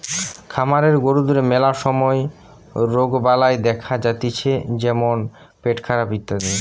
খামারের গরুদের ম্যালা সময় রোগবালাই দেখা যাতিছে যেমন পেটখারাপ ইত্যাদি